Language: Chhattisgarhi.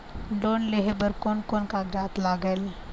लोन लेहे बर कोन कोन कागजात लागेल?